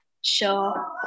sure